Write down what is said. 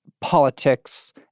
politics